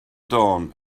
dawn